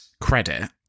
credit